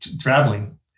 traveling